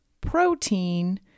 protein